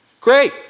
Great